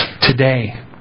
today